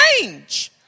change